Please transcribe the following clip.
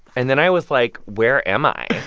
and then i was like, where am i?